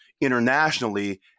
internationally